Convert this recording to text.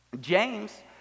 James